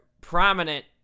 prominent